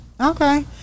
Okay